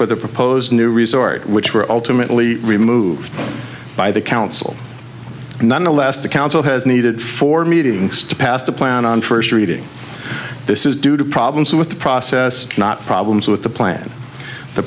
for the proposed new resort which were ultimately removed by the council nonetheless the council has needed four meetings to pass the plan on first reading this is due to problems with the process not problems with the plan t